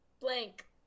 Blank